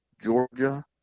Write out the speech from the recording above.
Georgia